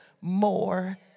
more